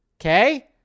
Okay